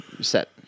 set